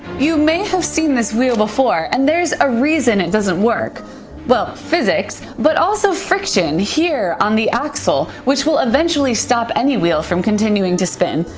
you may have seen this wheel before, and there is a reason it doesn't work well, physics, but also friction here on the axle, which will eventually stop any wheel from continuing to spin.